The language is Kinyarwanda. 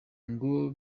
ngo